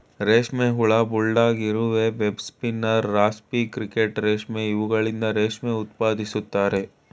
ರೇಷ್ಮೆ ಹುಳ, ಬುಲ್ಡಾಗ್ ಇರುವೆ, ವೆಬ್ ಸ್ಪಿನ್ನರ್, ರಾಸ್ಪಿ ಕ್ರಿಕೆಟ್ ರೇಷ್ಮೆ ಇವುಗಳಿಂದ ರೇಷ್ಮೆ ಉತ್ಪಾದಿಸುತ್ತಾರೆ